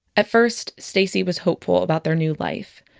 at first, stacie was hopeful about their new life.